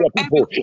people